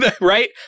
right